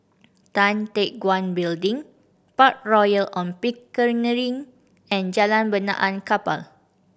Tan Teck Guan Building Park Royal On Pickering and Jalan Benaan Kapal